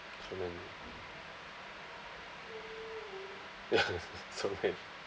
so many yes so many